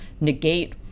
negate